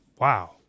Wow